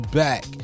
back